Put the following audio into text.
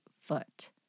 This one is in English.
foot